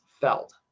felt